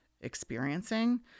experiencing